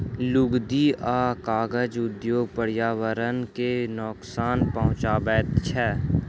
लुगदी आ कागज उद्योग पर्यावरण के नोकसान पहुँचाबैत छै